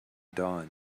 dawn